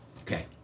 Okay